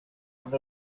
amb